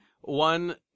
one